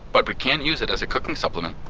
but we can use it as a cooking supplement.